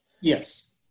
Yes